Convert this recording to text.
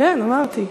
כן, אמרתי.